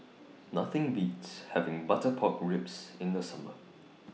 Nothing Beats having Butter Pork Ribs in The Summer